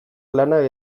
lanak